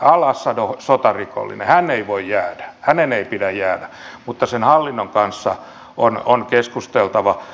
al assad on sotarikollinen hän ei voi jäädä hänen ei pidä jäädä mutta sen hallinnon kanssa on keskusteltava